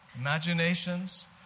imaginations